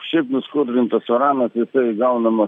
šiaip nuskaidrintas uranas jisai gaunamas